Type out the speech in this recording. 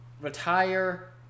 retire